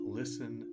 listen